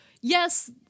yes